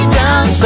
down